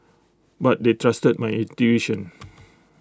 but they trusted my intuition